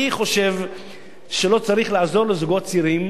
מי חושב שלא צריך לעזור לזוגות צעירים,